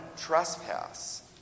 trespass